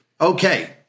okay